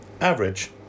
Average